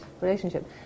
relationship